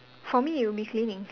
for me it'll be cleaning